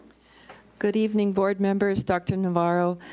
good evening, board members, doctor navarro.